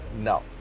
No